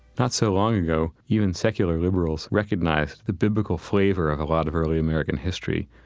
not so long ago, even secular liberals recognized the biblical flavor of a lot of early american history.